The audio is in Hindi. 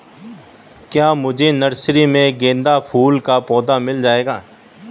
क्या मुझे नर्सरी में गेंदा फूल का पौधा मिल जायेगा?